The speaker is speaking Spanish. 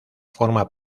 forma